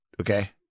Okay